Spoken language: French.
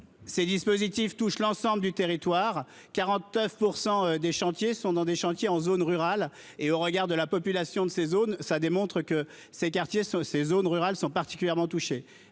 ces dispositifs touche l'ensemble du territoire 49 pour 100 des chantiers sont dans des chantiers en zone rurale et au regard de la population de ces zones, ça démontre que ces quartiers sont ces zones rurales sont particulièrement touchés,